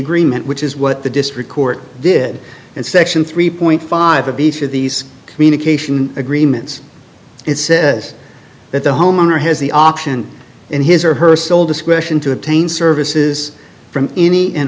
agreement which is what the district court did and section three point five of each of these communication agreements it says that the homeowner has the option in his or her sole discretion to obtain services from any and